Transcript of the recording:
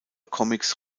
comics